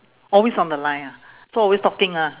always on the line ah so always talking ah